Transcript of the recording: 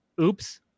oops